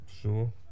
Sure